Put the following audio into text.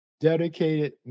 dedicated